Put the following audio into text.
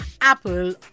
Apple